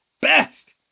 best